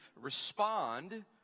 respond